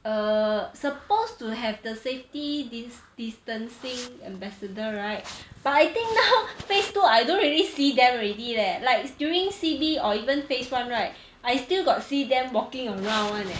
err supposed to have the safety dis~ distancing ambassador right but I think now phase two I don't really see them already leh like during C_B or even phase one right I still got see them walking around [one] leh